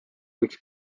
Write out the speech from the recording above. võiks